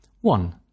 One